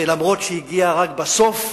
ואף שהגיע רק בסוף,